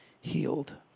healed